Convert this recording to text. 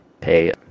pay